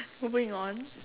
moving on